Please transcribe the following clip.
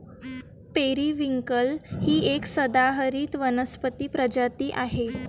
periwinkle ही एक सदाहरित वनस्पती प्रजाती आहे